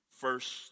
first